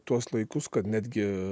tuos laikus kad netgi